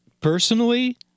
personally